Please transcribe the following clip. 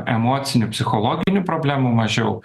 emocinių psichologinių problemų mažiau